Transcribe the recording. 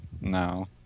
No